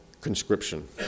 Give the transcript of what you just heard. conscription